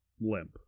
limp